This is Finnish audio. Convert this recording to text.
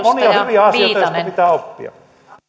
hyviä asioita joista pitää oppia arvoisa rouva